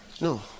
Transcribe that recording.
No